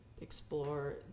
explore